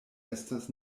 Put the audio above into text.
estas